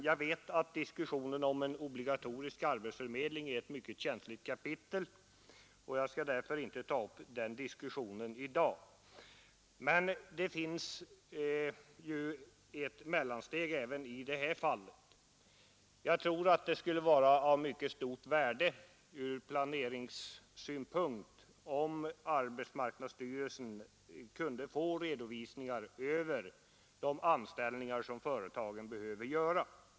Jag vet att frågan om en obligatorisk arbetsförmedling ett mycket känsligt kapitel, och jag skall därför inte ta upp någon diskussion om den frågan i dag. Men det finns ju ett mellansteg även i det fallet. Jag tror att det skulle vara av mycket stort värde ur planeringssynpunkt, om arbetsmarknadsstyrelsen kunde få redovisningar över de anställningar som företagen behöver göra.